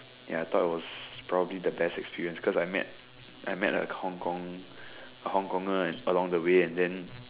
ya thought it was probably the best experience cause I met I met a Hongkong a Hong Kong and along the way and then